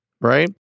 Right